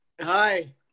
hi